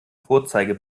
vorzeige